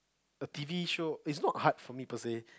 a T_V show is not hard for me personally